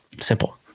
Simple